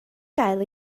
gael